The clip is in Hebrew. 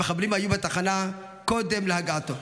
המחבלים היו בתחנה קודם להגעתו.